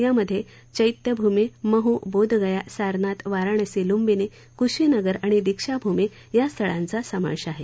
यामध्ये चंखिभूमी महु बोधगया सारनाथ वाराणसी लुंबिनी कुशीनगरआणि दीक्षाभूमी या स्थळांचा समावेश आहे